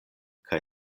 kaj